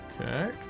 Okay